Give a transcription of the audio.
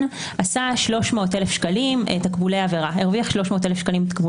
הרוויח 300,000 שקלים תקבולי עבירה,